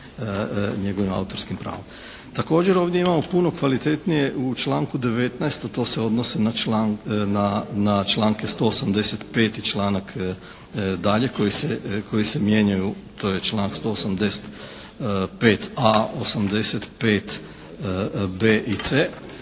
Također ovdje imamo puno kvalitetnije u članku 19. a to se odnosi na članke 185. i članak dalje koji se, koji se mijenjaju, to je članak 185.a, 85.b i c.